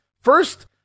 first